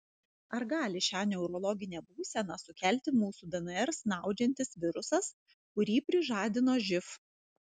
ar gali šią neurologinę būseną sukelti mūsų dnr snaudžiantis virusas kurį prižadino živ